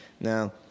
Now